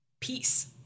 Peace